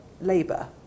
labour